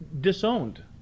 disowned